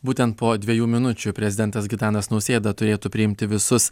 būtent po dviejų minučių prezidentas gitanas nausėda turėtų priimti visus